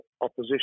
opposition